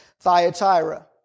Thyatira